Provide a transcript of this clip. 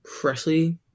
freshly